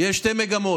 יש שתי מגמות: